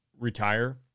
retire